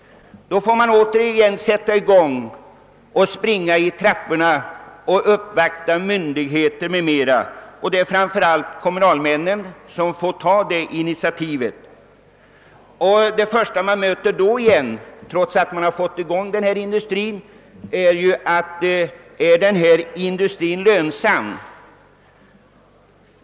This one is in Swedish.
Då får företagarna och kommunalmännen åter börja springa i trapporna och uppvakta myndigheterna. Den första fråga de då möter blir: Är den här industrin lönsam?